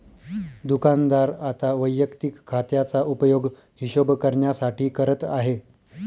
दुकानदार आता वैयक्तिक खात्याचा उपयोग हिशोब करण्यासाठी करत आहे